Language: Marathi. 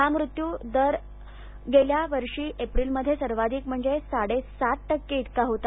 हा मृत्यू दर गेल्या वर्षी एप्रिलमध्ये सर्वाधिक म्हणजे साडे सात टक्के इतका होता